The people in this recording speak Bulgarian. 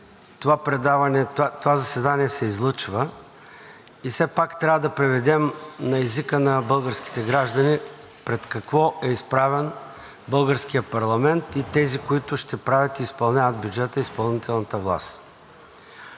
това заседание се излъчва и все пак трябва да преведем на езика на българските граждани пред какво е изправен българският парламент и тези, които ще правят и изпълняват бюджета – изпълнителната власт.